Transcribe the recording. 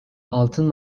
altın